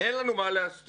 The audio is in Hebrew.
אין לנו מה להסתיר.